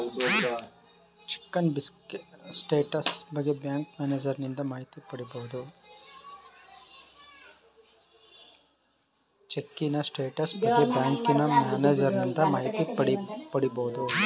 ಚಿಕ್ಕಿನ status ಬಗ್ಗೆ bank ಮ್ಯಾನೇಜರನಿಂದ ಮಾಹಿತಿ ಪಡಿಬೋದು